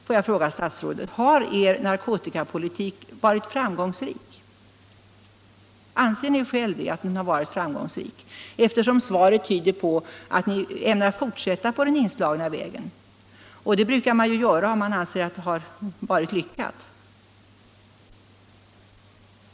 Får jag fråga statsrådet: Har er narkotikapolitik varit framgångsrik? Anser ni själv att den varit framgångsrik, eftersom svaret tyder på att ni ämnar fortsätta på den inslagna vägen? Det brukar man göra om man anser att den varit lyckad.